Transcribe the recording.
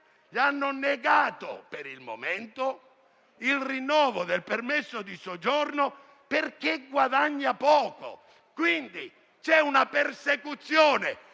gli hanno negato il rinnovo del permesso di soggiorno perché guadagna poco; quindi, c'è una persecuzione